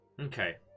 Okay